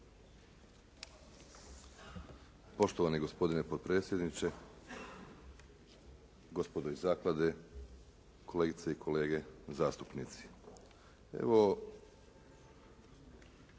Poštovani gospodine potpredsjedniče, gospodo iz zaklade, kolegice i kolege zastupnici.